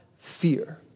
Fear